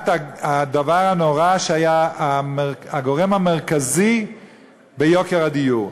הדבר הנורא שהיה הגורם המרכזי ביוקר הדיור,